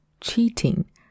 cheating